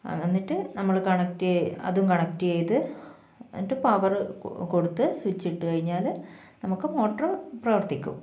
എന്നിട്ട് നമ്മൾ കണക്ട് അതും കണക്ട് ചെയ്ത് എന്നിട്ട് പവർ കൊടുത്ത് സ്വിച്ച് ഇട്ടു കഴിഞ്ഞാൽ നമുക്ക് മോട്ടോർ പ്രവർത്തിക്കും